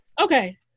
Okay